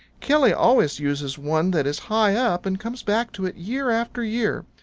killy always uses one that is high up, and comes back to it year after year.